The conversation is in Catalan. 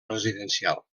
residencial